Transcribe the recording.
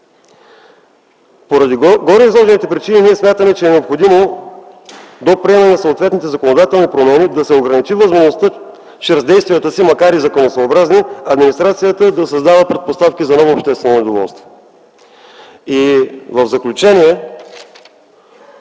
Поради гореизложените причини ние смятаме, че е необходимо до приемането на съответните законодателни промени да се ограничи възможността чрез действията си, макар и законосъобразни, администрацията да създава предпоставки за ново обществено недоволство. В заключение,